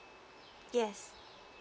yes